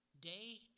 day